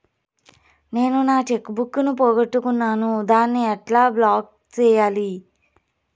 నేను నా cheque book ను పోగొట్టుకున్నాను దాన్ని ఎట్లా బ్లాక్ సేయాలి?